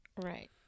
Right